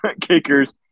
kickers